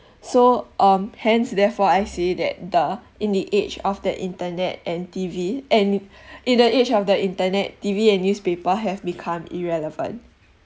so um hence therefore I say that the in the age of the internet and T_V and in the age of the internet T_V and newspaper have become irrelevant